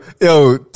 yo